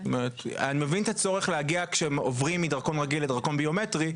אני מבין את הצורך להגיע כשעוברים מדרכון רגיל לדרכון ביומטרי,